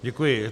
Děkuji.